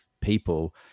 people